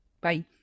Bye